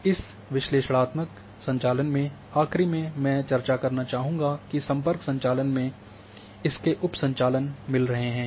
इस विश्लेषणात्मक संचालन में आख़िरी में मैं चर्चा करना चाहूंगा कि सम्पर्क संचालन में इसके उप संचालन मिल रहे हैं